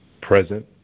present